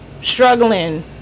struggling